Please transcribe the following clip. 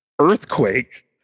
Earthquake